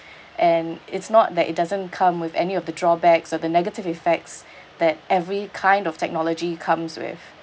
and it's not that it doesn't come with any of the drawbacks or the negative effects that every kind of technology comes with